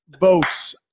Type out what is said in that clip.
votes